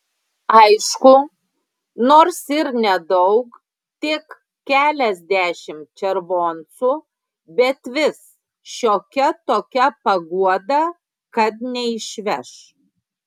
aišku nors ir nedaug tik keliasdešimt červoncų bet vis šiokia tokia paguoda kad neišveš